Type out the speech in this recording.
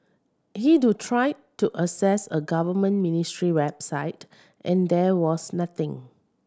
he do tried to access a government ministry website and there was nothing